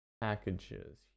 packages